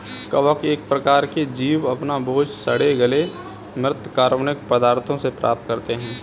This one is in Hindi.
कवक एक प्रकार के जीव अपना भोजन सड़े गले म्रृत कार्बनिक पदार्थों से प्राप्त करते हैं